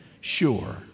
Sure